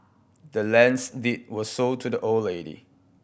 the land's deed was sold to the old lady